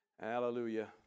hallelujah